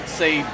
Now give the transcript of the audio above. say